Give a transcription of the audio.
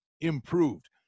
improved